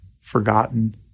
forgotten